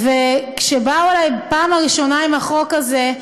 כשבאו אלי בפעם הראשונה עם החוק הזה,